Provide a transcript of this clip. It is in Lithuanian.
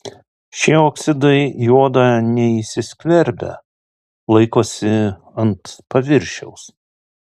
šie oksidai į odą neįsiskverbia laikosi ant paviršiaus